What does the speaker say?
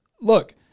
look